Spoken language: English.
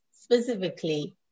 specifically